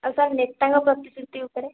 ଆଉ ସାର୍ ନେତାଙ୍କ ପ୍ରତିଶୃତି ଉପରେ